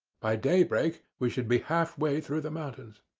by daybreak we should be half-way through the mountains.